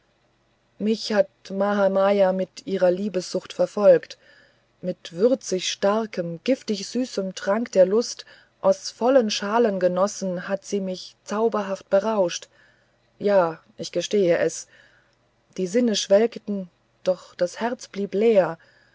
mich hat mahamaya mit ihrer liebessucht verfolgt mit würzig starkem giftig süßem trank der lust aus vollen schalen gegossen hat sie mich zauberhaft berauscht ja ich gestehe es die sinne schwelgten doch das herz blieb leer